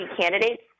candidates